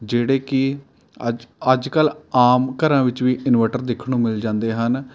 ਜਿਹੜੇ ਕਿ ਅੱਜ ਅੱਜ ਕੱਲ੍ਹ ਆਮ ਘਰਾਂ ਵਿੱਚ ਵੀ ਇੰਨਵੇਟਰ ਦੇਖਣ ਨੂੰ ਮਿਲ ਜਾਂਦੇ ਹਨ